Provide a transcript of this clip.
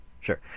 Sure